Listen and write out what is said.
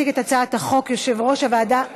יציג את הצעת החוק יושב-ראש הוועדה,